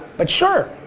but, sure,